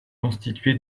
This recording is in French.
constitué